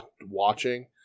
watching